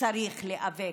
ש"ח צריך להיאבק.